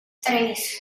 tres